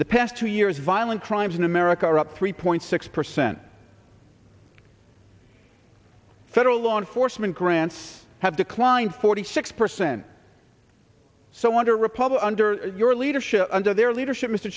the past two years violent crimes in america are up three point six percent federal law enforcement grants have declined forty six percent so under republican leadership under their leadership mr